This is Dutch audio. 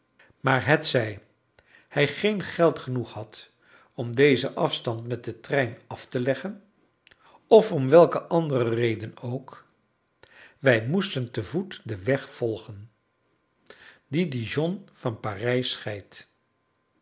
maar hetzij hij geen geld genoeg had om dezen afstand met den trein af te leggen of om welke andere reden ook wij moesten te voet den weg volgen die dijon van parijs scheidt